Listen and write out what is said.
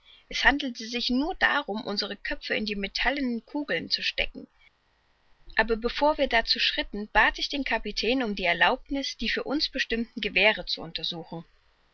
es handelte sich nur darum unsere köpfe in die metallenen kugeln zu stecken aber bevor wir dazu schritten bat ich den kapitän um die erlaubniß die für uns bestimmten gewehre zu untersuchen